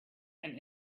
and